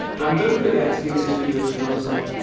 and don't forget to give this video the thumbs up.